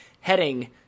heading